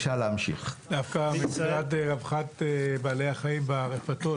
דווקא מבחינת רווחת בעלי החיים ברפתות,